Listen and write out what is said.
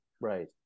Right